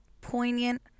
poignant